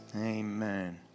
Amen